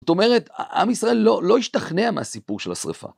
זאת אומרת, עם ישראל לא השתכנע מהסיפור של השריפה.